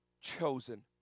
chosen